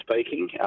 speaking